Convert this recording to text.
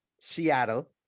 Seattle